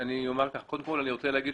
אני רוצה להגיד